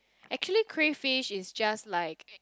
actually crayfish is just like